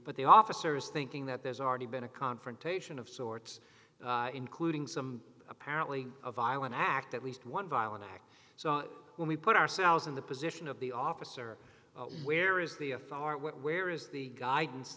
but the officers thinking that there's already been a confrontation of sorts including some apparently a violent act at least one violent act so when we put ourselves in the position of the officer where is the authority where is the guidance